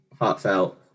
heartfelt